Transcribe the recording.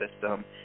system